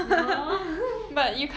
ya lor